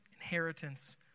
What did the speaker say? inheritance